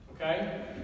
okay